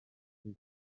iri